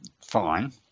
fine